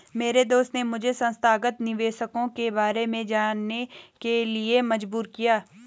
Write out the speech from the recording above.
मेरे दोस्त ने मुझे संस्थागत निवेशकों के बारे में जानने के लिए मजबूर किया